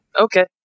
Okay